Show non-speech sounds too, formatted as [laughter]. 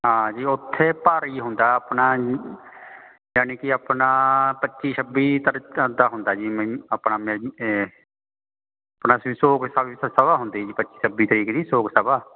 ਹਾਂ ਜੀ ਉੱਥੇ ਭਾਰੀ ਹੁੰਦਾ ਆਪਣਾ ਜਾਣੀ ਕਿ ਆਪਣਾ ਪੱਚੀ ਛੱਬੀ ਤਰੀਕਾਂ ਦਾ ਹੁੰਦਾ ਜੀ ਮੈਨੂੰ ਆਪਣਾ ਮੈਨ ਆਪਣਾ ਸ਼ੋਕ [unintelligible] ਸਭਾ ਹੁੰਦੀ ਜੀ ਪੱਚੀ ਛੱਬੀ ਤਾਰੀਕ ਦੀ ਸ਼ੋਕ ਸਭਾ